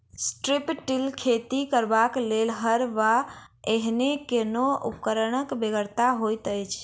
strip till खेती करबाक लेल हर वा एहने कोनो उपकरणक बेगरता होइत छै